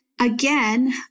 again